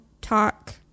talk